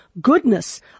goodness